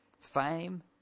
Fame